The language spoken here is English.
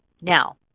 Now